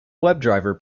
webdriver